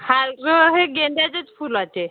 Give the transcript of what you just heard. हार हे गेंड्याच्याच फुलाचे